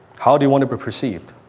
how do you wanna be perceived?